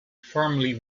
formerly